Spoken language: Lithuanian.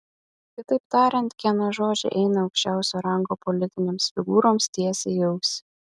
kitaip tariant kieno žodžiai eina aukščiausio rango politinėms figūroms tiesiai į ausį